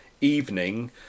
evening